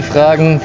Fragen